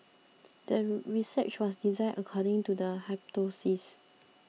the research was designed according to the hypothesis